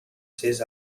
ses